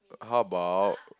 how about